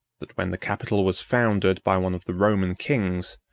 that when the capitol was founded by one of the roman kings,